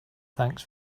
thanks